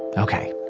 ok,